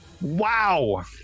Wow